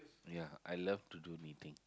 ya I love to do knitting